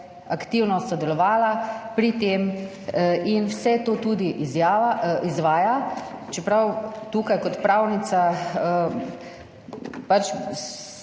aktivno sodelovala pri tem in vse to tudi izvaja, čeprav tukaj kot pravnica